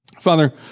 Father